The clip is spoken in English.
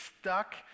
stuck